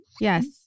Yes